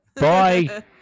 Bye